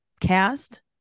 cast